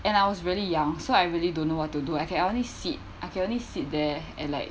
and I was really young so I really don't know what to do I can only sit I can only sit there and like